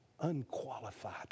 unqualified